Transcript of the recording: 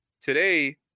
today